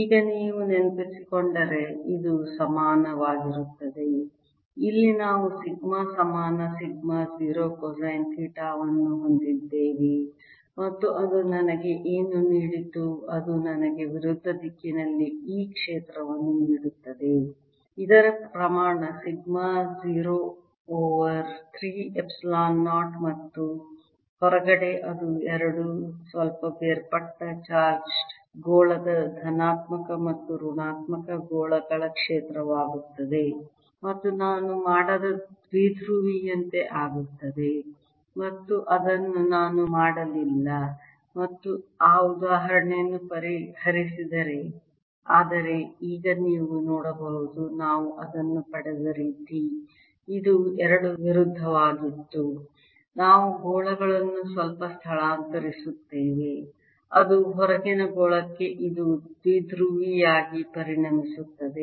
ಈಗ ನೀವು ನೆನಪಿಸಿಕೊಂಡರೆ ಇದು ಸಮಾನವಾಗಿರುತ್ತದೆ ಇದರಲ್ಲಿ ನಾವು ಸಿಗ್ಮಾ ಸಮಾನ ಸಿಗ್ಮಾ 0 ಕೊಸೈನ್ ಥೀಟಾವನ್ನು ಹೊಂದಿದ್ದೇವೆ ಮತ್ತು ಅದು ನನಗೆ ಏನು ನೀಡಿತು ಅದು ನನಗೆ ವಿರುದ್ಧ ದಿಕ್ಕಿನಲ್ಲಿ e ಕ್ಷೇತ್ರವನ್ನು ನೀಡುತ್ತದೆ ಇದರ ಪ್ರಮಾಣ ಸಿಗ್ಮಾ 0 ಓವರ್ 3 ಎಪ್ಸಿಲಾನ್ 0 ಮತ್ತು ಹೊರಗಡೆ ಅದು ಎರಡು ಸ್ವಲ್ಪ ಬೇರ್ಪಟ್ಟ ಚಾರ್ಜ್ಡ್ ಗೋಳದ ಧನಾತ್ಮಕ ಮತ್ತು ಋಣಾತ್ಮಕ ಗೋಳಗಳ ಕ್ಷೇತ್ರವಾಗುತ್ತದೆ ಮತ್ತು ನಾನು ಮಾಡದ ದ್ವಿಧ್ರುವಿಯಂತೆ ಆಗುತ್ತದೆ ಮತ್ತು ಅದನ್ನು ನಾನು ಮಾಡಲಿಲ್ಲ ಮತ್ತು ಆ ಉದಾಹರಣೆಯನ್ನು ಪರಿಹರಿಸಿದೆ ಆದರೆ ಈಗ ನೀವು ನೋಡಬಹುದು ನಾವು ಅದನ್ನು ಪಡೆದ ರೀತಿ ಇದು ಎರಡು ವಿರುದ್ಧವಾಗಿತ್ತು ನಾವು ಗೋಳಗಳನ್ನು ಸ್ವಲ್ಪ ಸ್ಥಳಾಂತರಿಸುತ್ತೇವೆ ಅದು ಹೊರಗಿನ ಗೋಳಕ್ಕೆ ಇದು ದ್ವಿಧ್ರುವಿಯಾಗಿ ಪರಿಣಮಿಸುತ್ತದೆ